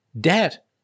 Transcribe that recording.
debt